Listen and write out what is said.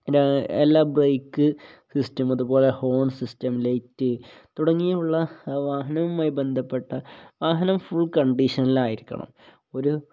എല്ലാ brake system അതുപോലെ horn system light തുടങ്ങിയുള്ള വാഹനുമായി ബന്ധപ്പെട്ട വാഹനം ഫുൾ കണ്ടീഷനിലായിരിക്കണം ഒരു